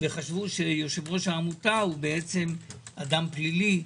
וחשבו שיושב-ראש העמותה הוא אדם פלילי,